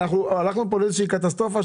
הלכנו פה למין קטסטרופה,